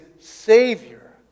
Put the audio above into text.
Savior